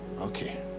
Okay